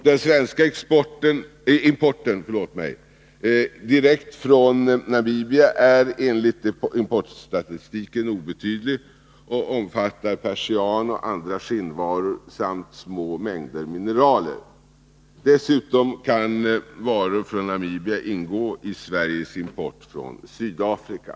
Den svenska importen direkt från Namibia är enligt importstatistiken obetydlig och omfattar persian och andra skinnvaror samt små mängder mineraler. Dessutom kan varor från Namibia ingå i Sveriges import från Sydafrika.